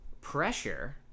pressure